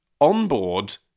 onboard